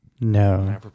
No